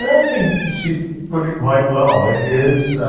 i think she put it quite well, it is,